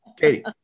Katie